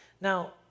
Now